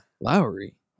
Lowry